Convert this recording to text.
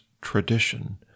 tradition